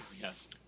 Yes